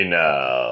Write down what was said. now